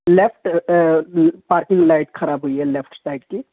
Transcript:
left parking light خراب ہوئی ہے لیفٹ سائڈ کی